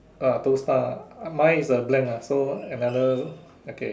ah two star mine is a blank uh so another okay